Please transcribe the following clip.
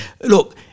look –